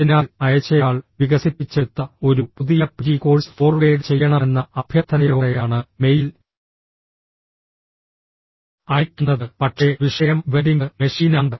അതിനാൽ അയച്ചയാൾ വികസിപ്പിച്ചെടുത്ത ഒരു പുതിയ പിജി കോഴ്സ് ഫോർവേഡ് ചെയ്യണമെന്ന അഭ്യർത്ഥനയോടെയാണ് മെയിൽ അയയ്ക്കുന്നത് പക്ഷേ വിഷയം വെൻഡിംഗ് മെഷീനാണ്